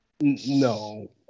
No